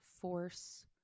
force